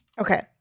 Okay